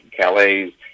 Calais